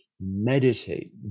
meditate